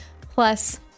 Plus